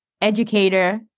educator